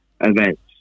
events